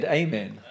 amen